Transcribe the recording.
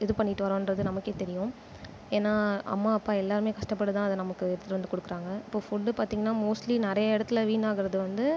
இது பண்ணிகிட்டு வரோன்கிறது நமக்கே தெரியும் ஏன்னா அம்மா அப்பா எல்லாருமே கஷ்டப்பட்டு தான் அதை நமக்கு எடுத்துகிட்டு வந்து கொடுக்கறாங்க இப்போது ஃபுட் பார்த்திங்கன்னா மோஸ்ட்லி நிறைய இடத்துல வீணாகிறது வந்து